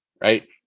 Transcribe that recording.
right